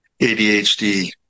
ADHD